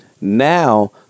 Now